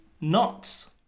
knots